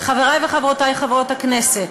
חברי וחברותי חברות הכנסת,